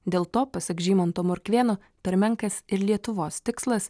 dėl to pasak žymanto morkvėno per menkas ir lietuvos tikslas